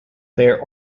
there